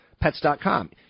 Pets.com